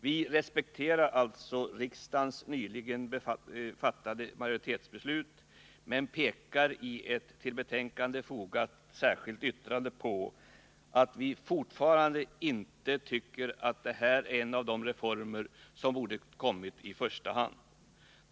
Vi respekterar alltså riksdagens nyligen fattade majoritesbeslut men pekar i ett till betänkandet fogat särskilt yttrande på att vi fortfarande inte tycker att detta är en av de reformer som borde ha kommit i första hand.